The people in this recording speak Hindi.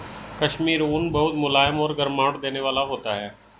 कश्मीरी ऊन बहुत मुलायम और गर्माहट देने वाला होता है